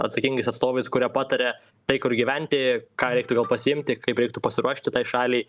atsakingais atstovais kurie pataria tai kur gyventi ką reiktų gal pasiimti kaip reiktų pasiruošti tai šaliai